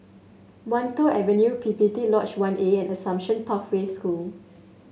Wan Tho Avenue P P T Lodge One A and Assumption Pathway School